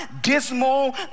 dismal